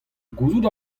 gouzout